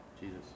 Jesus